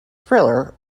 thriller